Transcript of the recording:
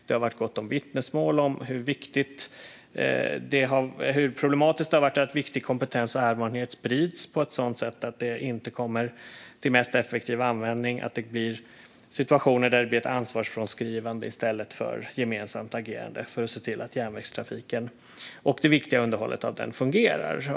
Det har funnits gott om vittnesmål om hur problematiskt det har varit att viktig kompetens och erfarenhet sprids på ett sådant sätt att den inte kommer till mest effektiv användning, och det uppstår situationer med ett ansvarsfrånskrivande i stället för ett gemensamt agerande för att se till att järnvägstrafiken och det viktiga underhållet av järnvägen fungerar.